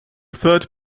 third